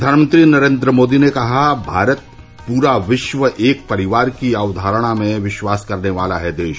प्रधानमंत्री नरेन्द्र मोदी ने कहा भारत पूरा विश्व एक परिवार की अवधारणा में विश्वास करने वाला है देश